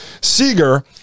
Seeger